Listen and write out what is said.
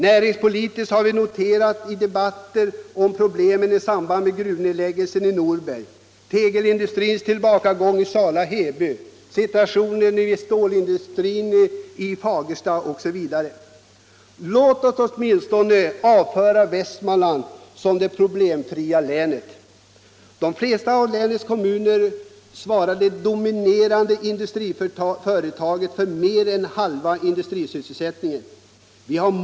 Näringspolitiskt har vi noterat det i debatter om problemen I de flesta av länets kommuner svarar det dominerande industriföretaget för mer än halva industrisysselsättningen.